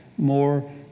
more